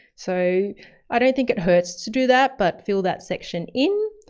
so i don't think it hurts to do that, but fill that section in.